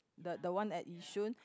the the one at yishun